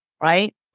right